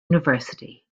university